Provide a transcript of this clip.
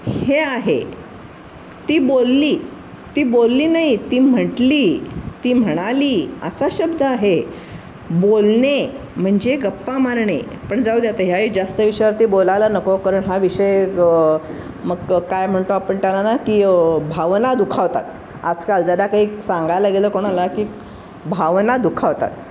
हे आहे ती बोलली ती बोलली नाही ती म्हटली ती म्हणाली असा शब्द आहे बोलणे म्हणजे गप्पा मारणे पण जाऊ द्या आता ह्याही जास्त विषयावरती बोलायला नको कारण हा विषय मग काय म्हणतो आपण त्याला ना की भावना दुखावतात आजकाल जरा काही सांगायला गेलं कोणाला की भावना दुखावतात